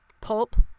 pulp